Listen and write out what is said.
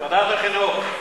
ועדת החינוך.